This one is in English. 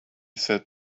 sat